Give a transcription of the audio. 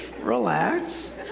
Relax